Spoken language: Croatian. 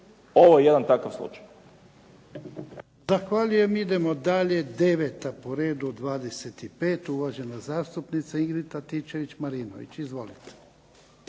Ovo je jedan takav slučaj.